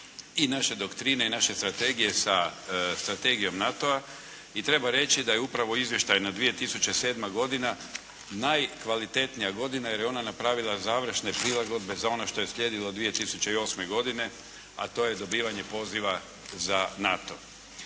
i naše doktrine, i naše strategije sa strategijom NATO-a i treba reći da je upravo izvještajna 2007. godina najkvalitetnija godina jer je ona napravila završne prilagodbe za ono što je slijedilo 2008. godine a to je dobivanje poziva za NATO.